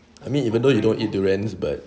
I mean even though you don't eat durian but